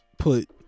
Put